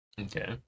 Okay